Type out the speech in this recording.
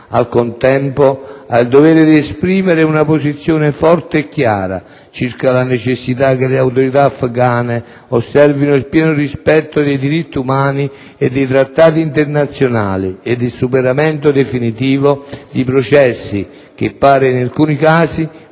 Al contempo, ha il dovere di esprimere una posizione forte e chiara circa la necessità che le autorità afgane osservino il pieno rispetto dei diritti umani e dei trattati internazionali ed il superamento definitivo di processi che, pare, in alcuni casi